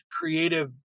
creative